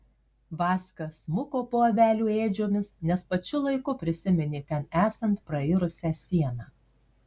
vaska smuko po avelių ėdžiomis nes pačiu laiku prisiminė ten esant prairusią sieną